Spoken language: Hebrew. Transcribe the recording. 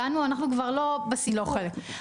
אנחנו כבר לא בסיפור,